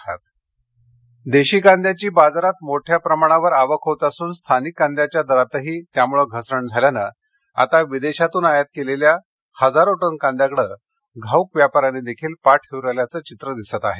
कांदा देशी कांद्याची बाजारात मोठ्या प्रमाणावर आवक होत असून स्थानिक कांद्याच्या दरातही त्यामुळं घसरण झाल्यानं आता विदेशातून आयात केल्या गेलेल्या हजारो टन कांद्याकडे घाऊक व्यापाऱ्यांनीही पाठ फिरवल्याचे चित्र दिसत आहे